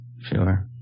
Sure